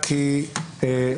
כי נוסח הצעת החוק,